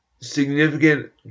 significant